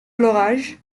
l’orage